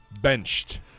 benched